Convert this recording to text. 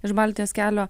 iš baltijos kelio